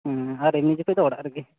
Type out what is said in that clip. ᱦᱩᱸ ᱟᱨ ᱮᱢᱱᱤ ᱛᱮ ᱫᱚ ᱚᱲᱟᱜ ᱨᱮᱜᱮ